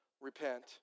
repent